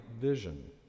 Vision